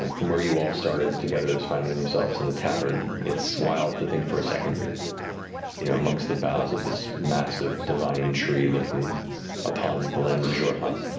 from where you all started together as finding yourselves in a tavern, it's wild to think for a second you're you know amongst the boughs of this massive divine tree looking upon the land of xhorhas.